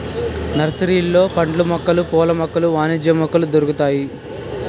నర్సరీలలో పండ్ల మొక్కలు పూల మొక్కలు వాణిజ్య మొక్కలు దొరుకుతాయి